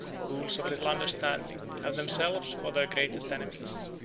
fools of little understanding have themselves for their greatest enemies,